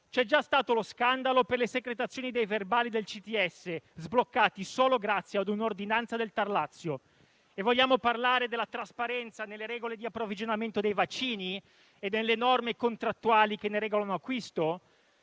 c'è già stato lo scandalo per le secretazioni dei verbali del CTS, sbloccati solo grazie ad un'ordinanza del TAR del Lazio; e vogliamo parlare della trasparenza nelle regole di approvvigionamento dei vaccini e delle norme contrattuali che ne regolano l'acquisto?